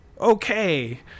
okay